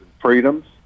freedoms